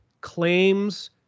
claims